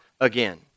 again